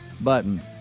button